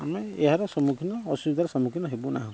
ଆମେ ଏହାର ସମ୍ମୁଖୀନ ଅସୁବିଧାର ସମ୍ମୁଖୀନ ହେବୁନାହୁଁ